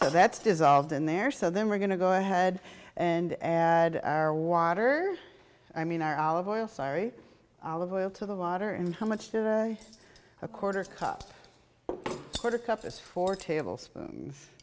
so that's dissolved in there so then we're going to go ahead and add our water i mean our olive oil sorry olive oil to the water and how much a quarter cup sort of cup is four tablespoons